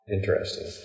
Interesting